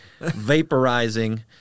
vaporizing